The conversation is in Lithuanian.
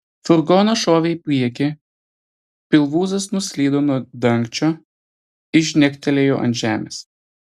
furgonas šovė į priekį pilvūzas nuslydo nuo dangčio ir žnegtelėjo ant žemės